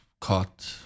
caught